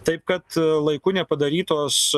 taip kad laiku nepadarytos